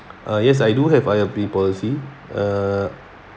uh yes I do have I_L_P policy uh